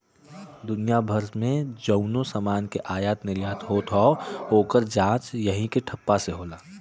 दुनिया भर मे जउनो समान के आयात निर्याट होत हौ, ओकर जांच यही के ठप्पा से होला